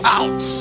out